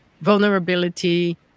vulnerability